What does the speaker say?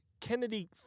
Kennedy